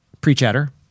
pre-chatter